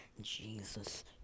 Jesus